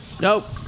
Nope